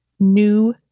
new